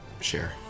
share